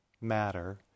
matter